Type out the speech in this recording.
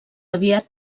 aviat